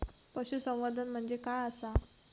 पशुसंवर्धन म्हणजे काय आसा?